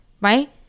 right